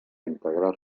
integrar